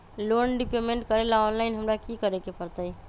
Loan repayment करेला online हमरा की करे के परतई?